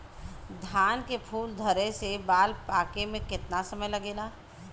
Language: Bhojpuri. धान के फूल धरे से बाल पाके में कितना समय लागेला?